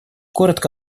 коротко